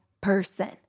person